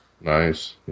Nice